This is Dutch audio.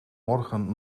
morgen